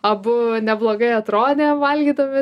abu neblogai atrodėm valgydami